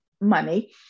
money